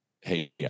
hey